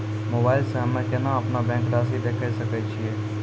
Mobile मे हम्मय केना अपनो बैंक रासि देखय सकय छियै?